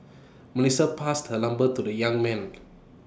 Melissa passed her number to the young man